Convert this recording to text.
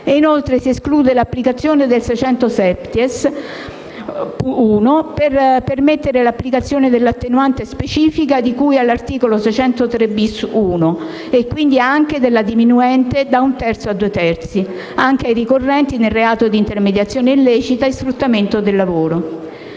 inoltre si esclude l'applicazione del 600-*septies*.1, per permettere l'applicazione dell'attenuante specifica di cui all'articolo 603-*bis*.l (e quindi anche della diminuente da un terzo a due terzi) anche ai concorrenti nel reato di intermediazione illecita e sfruttamento del lavoro.